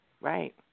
Right